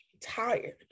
tired